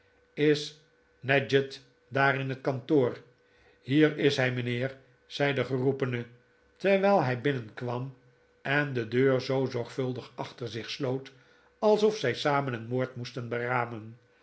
is nadgett daar in het kantoor hier is hij mijnheer zei de geroepene terwijl hij binnenkwam en de deur zoo zorgvuldig achter zich sloot alsof zij samen een moord moesten beramen